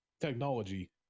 technology